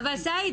אבל, סאיד,